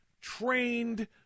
trained